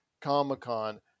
comic-con